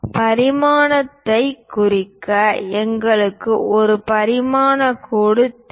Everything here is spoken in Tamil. பரிமாணத்தைக் குறிக்க எங்களுக்கு ஒரு பரிமாணக் கோடு தேவை